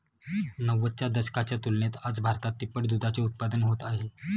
नव्वदच्या दशकाच्या तुलनेत आज भारतात तिप्पट दुधाचे उत्पादन होत आहे